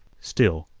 still,